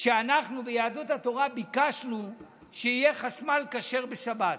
שאנחנו ביהדות התורה ביקשנו שיהיה חשמל כשר בשבת.